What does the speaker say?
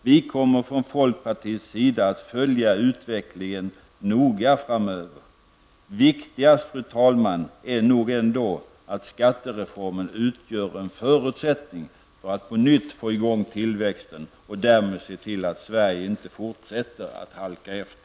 Vi kommer från folkpartiets sida att följa utvecklingen noga framöver. Viktigast, fru talman, är nog ändå att skattereformen utgör en förutsättning för att på nytt få i gång tillväxten och därmed se till att Sverige inte fortsätter att halka efter.